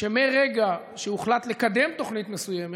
שמרגע שהוחלט לקדם תוכנית מסוימת,